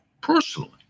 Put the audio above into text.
personally